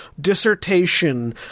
dissertation